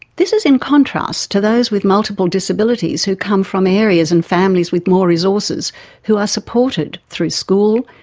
this is in contrast to those with multiple disabilities who come from areas and families with more resources who are supported through school,